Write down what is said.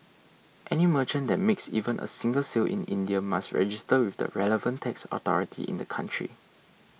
any merchant that makes even a single sale in India must register with the relevant tax authority in the country